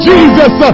Jesus